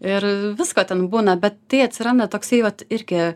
ir visko ten būna bet tai atsiranda toksai vat irgi